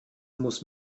muss